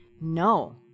No